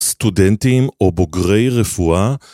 סטודנטים או בוגרי רפואה